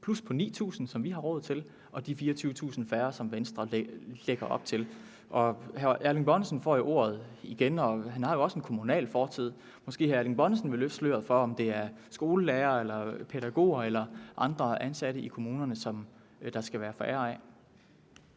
plus på 9.000, som vi har råd til, og et minus på 24.000, som Venstre lægger op til. Hr. Erling Bonnesen får ordet igen, og han har jo også en kommunal fortid, så måske hr. Erling Bonnesen vil løfte sløret for, om det er skolelærere eller pædagoger eller andre ansatte i kommunerne, som der skal være færre af.